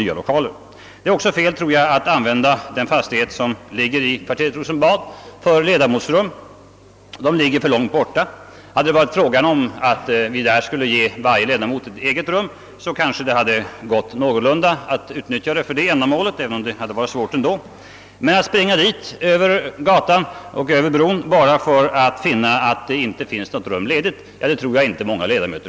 Och jag tror att det är oriktigt att använda fastigheten i kvarteret Rosenbad för rum åt ledamöter. Den ligger för långt bort. Hade det varit fråga om att där ge varje ledamot ett eget rum, hade det zanske gått någorlunda att utnyttja fastigheten för detta ändamål, men jag tror inte att många ledamöter kommer att vilja springa tvärs över gatan och bron enbart för att finna att något rum inte finns ledigt.